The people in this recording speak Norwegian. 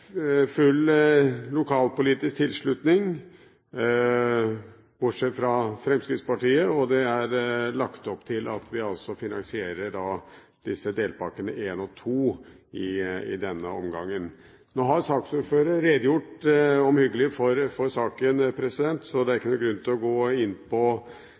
full lokalpolitisk tilslutning, bortsett fra Fremskrittspartiet, og det er lagt opp til at vi finansierer delpakkene 1 og 2 i denne omgangen. Nå har saksordføreren redegjort omhyggelig for saken, så det er ikke noen grunn til å gå inn på